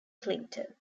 clinton